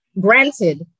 Granted